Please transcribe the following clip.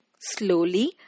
slowly